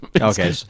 Okay